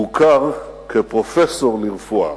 הוא הוכר כפרופסור לרפואה.